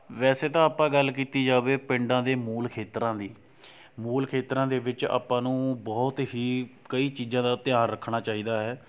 ਵੈਸੇ ਤਾਂ ਆਪਾਂ ਗੱਲ ਕੀਤੀ ਜਾਵੇ ਪਿੰਡਾਂ ਦੇ ਮੂਲ ਖੇਤਰਾਂ ਦੀ ਮੂਲ ਖੇਤਰਾਂ ਦੇ ਵਿੱਚ ਆਪਾਂ ਨੂੰ ਬਹੁਤ ਹੀ ਕਈ ਚੀਜ਼ਾਂ ਦਾ ਧਿਆਨ ਰੱਖਣਾ ਚਾਹੀਦਾ ਹੈ